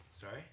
Sorry